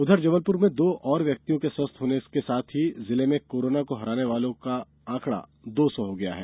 उधर जबलपुर में दो और व्यक्तियों के स्वस्थ होने के साथ ही जिले में कोरोना को हराने वाले लोगों का आंकड़ा दो सौ हो गया है